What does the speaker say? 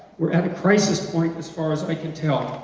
we're at a crisis point as far as i can tell.